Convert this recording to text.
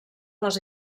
les